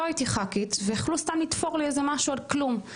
לא הייתי ח"כית ויכלו סתם לתפור לי איזה משהו על כלום.